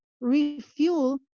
refuel